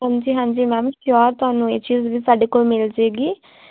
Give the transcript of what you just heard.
ਹਾਂਜੀ ਹਾਂਜੀ ma'am sure ਤੁਹਾਨੂੰ ਇਹ ਚੀਜ਼ ਵੀ ਸਾਡੇ ਕੋਲ ਮਿਲ ਜਾਏਗੀ